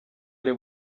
ari